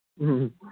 ꯎꯝ